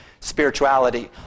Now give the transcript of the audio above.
Spirituality